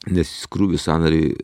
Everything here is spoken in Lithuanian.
nes krūvis sąnariui